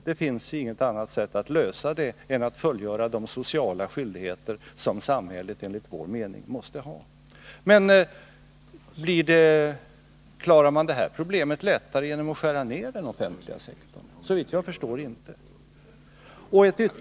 Det finns inget annat sätt att lösa detta problem än att samhället fullgör de sociala skyldigheter som samhället enligt vår mening måste ha. Klarar vi detta problem lättare genom att skära ned den offentliga sektorn? Såvitt jag förstår gör vi det inte.